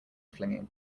flinging